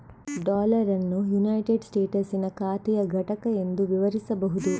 dollar ಅನ್ನು united ಸ್ಟೇಟಸ್ಸಿನ ಖಾತೆಯ ಘಟಕ ಎಂದು ವಿವರಿಸಬಹುದು